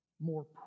more